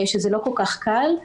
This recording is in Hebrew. שזה לא כל כך קל,